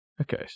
Okay